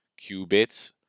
qubits